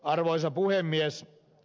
arvoisa puhemies